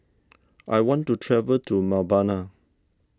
I want to travel to Mbabana